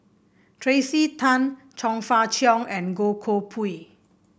Tracey Tan Chong Fah Cheong and Goh Koh Pui